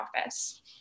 office